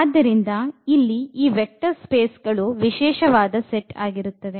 ಆದ್ದರಿಂದ ಇಲ್ಲಿ ಈ ವೆಕ್ಟರ್ ಸ್ಪೇಸ್ ಗಳು ವಿಶೇಷವಾದ ಸೆಟ್ ಆಗಿರುತ್ತದೆ